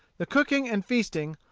the cooking and feasting,